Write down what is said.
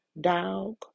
dog